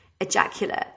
ejaculate